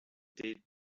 dead